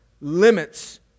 limits